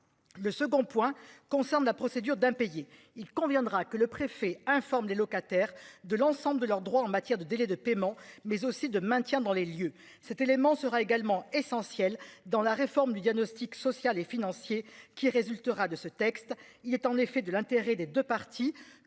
Le second point concerne la procédure d'impayés. Il conviendra que le préfet informe des locataires de l'ensemble de leurs droits en matière de délais de paiement, mais aussi de maintien dans les lieux cet élément sera également essentiel dans la réforme du diagnostic social et financier qui résultera de ce texte, il est en effet de l'intérêt des deux parties